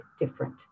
different